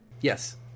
Yes